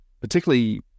particularly